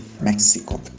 Mexico